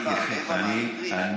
אני